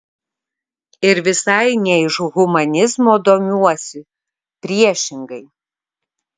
ir visai ne iš humanizmo domiuosi priešingai